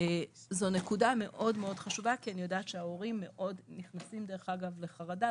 זו נקודה מאוד חשובה כי אני יודעת שההורים נמצאים בחרדה,